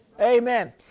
Amen